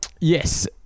Yes